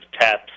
TAPS